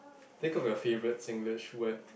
think of your favourite Singlish word